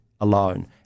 alone